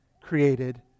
created